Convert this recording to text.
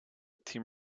tim